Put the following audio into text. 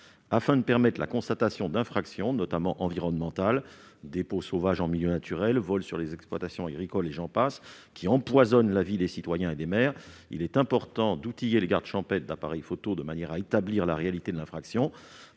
Afin de permettre la constatation d'infractions, notamment environnementales- dépôts sauvages en milieu naturel, vols sur les exploitations agricoles, et j'en passe -, qui empoisonnent la vie des citoyens et des maires, il est important d'outiller les gardes champêtres d'appareils photographiques, de manière à établir la réalité de l'infraction.